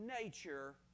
nature